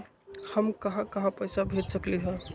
हम कहां कहां पैसा भेज सकली ह?